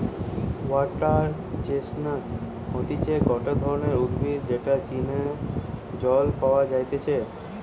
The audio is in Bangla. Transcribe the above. ওয়াটার চেস্টনাট হতিছে গটে ধরণের উদ্ভিদ যেটা চীনা জল পাওয়া যাইতেছে